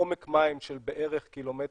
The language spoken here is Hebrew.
עומק מים של בערך 1.700 קילומטר,